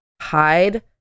hide